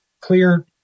clear